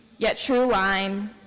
yet true line,